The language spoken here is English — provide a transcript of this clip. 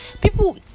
people